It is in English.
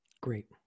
Great